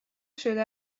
شده